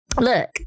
Look